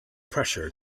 pressure